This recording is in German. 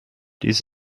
dies